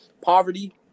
poverty